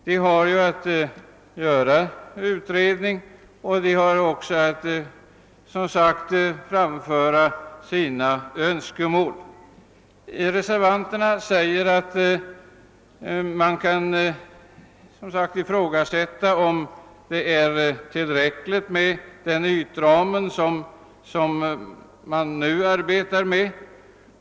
De har ju att göra de utredningar som därvidlag krävs, och de har också att framföra sina önskemål. Reservanterna anser att det kan ifrågasättas om den ytram som nu ligger till grund för planeringen är tillräcklig.